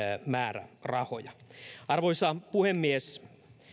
määrärahoja arvoisa puhemies